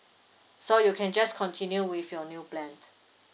so you can just continue with your new plan